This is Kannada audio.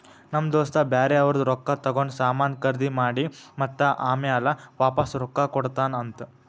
ನಮ್ ದೋಸ್ತ ಬ್ಯಾರೆ ಅವ್ರದ್ ರೊಕ್ಕಾ ತಗೊಂಡ್ ಸಾಮಾನ್ ಖರ್ದಿ ಮಾಡಿ ಮತ್ತ ಆಮ್ಯಾಲ ವಾಪಾಸ್ ರೊಕ್ಕಾ ಕೊಡ್ತಾನ್ ಅಂತ್